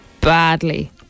badly